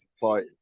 fight